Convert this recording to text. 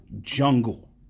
jungle